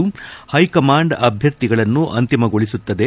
ಷೈಕಮಾಂಡ್ ಅಧ್ಯರ್ಥಿಗಳನ್ನು ಅಂತಿಮಗೊಳಿಸುತ್ತದೆ